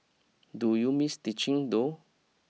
do you miss teaching though